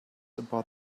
about